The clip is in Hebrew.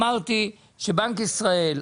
אמרתי שבנק ישראל,